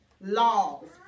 laws